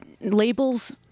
labels